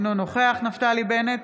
אינו נוכח נפתלי בנט,